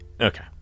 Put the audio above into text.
Okay